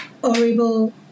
horrible